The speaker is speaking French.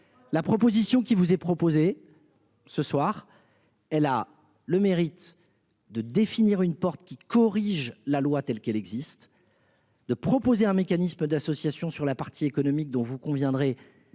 La proposition qui vous est proposé. Ce soir, elle a le mérite de définir une porte qui corrige la loi telle qu'elle existe. De proposer un mécanisme d'association sur la partie économique dont vous conviendrez qu'il